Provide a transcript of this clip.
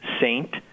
saint